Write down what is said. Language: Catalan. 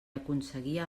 aconseguia